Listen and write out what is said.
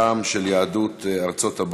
בנושא: תרומתה של יהדות ארצות-הברית